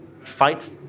fight